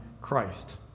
Christ